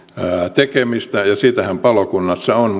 tekemistä ja sitähän palokunnassa on